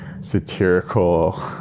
satirical